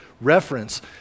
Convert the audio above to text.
reference